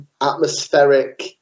atmospheric